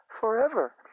forever